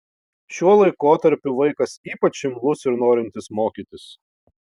šiuo laikotarpiu vaikas ypač imlus ir norintis mokytis